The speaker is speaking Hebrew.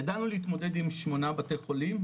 ידענו להתמודד עם שמונה בתי חולים,